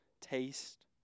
taste